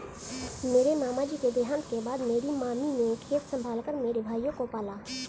मेरे मामा जी के देहांत के बाद मेरी मामी ने खेत संभाल कर मेरे भाइयों को पाला